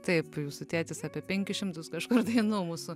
taip jūsų tėtis apie penkis šimtus kažkur dainų mūsų